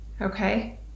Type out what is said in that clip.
Okay